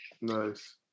Nice